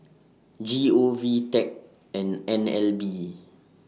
G O V Tech and N L B